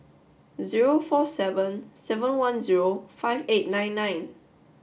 zero four seven seven one zero five eight nine nine